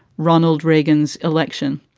ronald reagan's election.